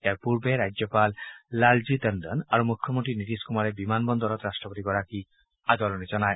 ইয়াৰ পূৰ্বে ৰাজ্যপাল লালজি টেণ্ডন আৰু মুখ্যমন্ত্ৰী নীতিশ কুমাৰে বিমান বন্দৰত ৰাট্টপতিগৰাকীক আদৰণি জনায়